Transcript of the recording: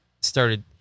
started